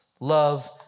love